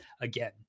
again